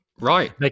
Right